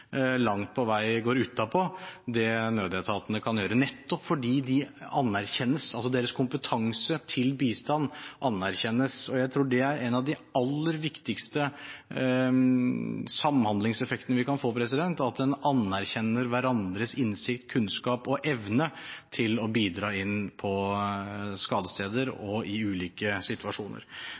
langt på vei går utenpå det nødetatene kan gjøre, nettopp fordi de anerkjennes – deres kompetanse til bistand anerkjennes. Jeg tror det er én av de aller viktigste samhandlingseffektene vi kan få – at en anerkjenner hverandres innsikt, kunnskap og evne til å bidra på skadesteder og i ulike situasjoner.